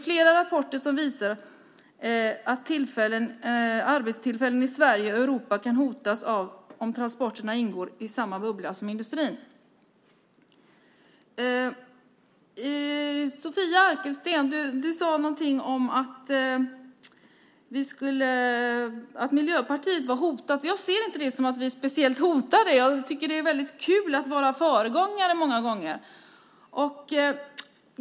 Flera rapporter visar att arbetstillfällen i Sverige och Europa kan hotas om transporterna ingår i samma bubbla som industrin. Sofia Arkelsten, du sade något om att Miljöpartiet var hotat. Jag ser inte det som att vi är speciellt hotade. Jag tycker att det är väldigt kul att vara föregångare många gånger.